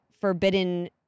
forbidden